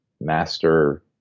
master